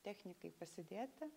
technikai pasidėti